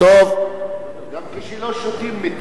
גם כשלא שותים מתים.